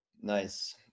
Nice